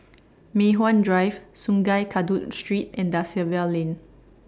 Mei Hwan Drive Sungei Kadut Street and DA Silva Lane